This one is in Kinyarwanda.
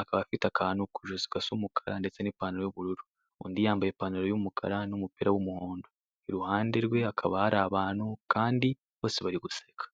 akaba afite akantu ku ijosi gasa umukara ndetse n'ipantaro y'ubururu; undi yambaye ipantaro y'umukara n'umupira w'umuhondo; iruhande rwe hakaba hari abantu, kandi bose bari guseka.